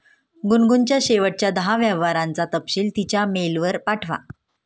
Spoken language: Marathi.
गुनगुनच्या शेवटच्या दहा व्यवहारांचा तपशील तिच्या मेलवर पाठवा